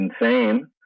insane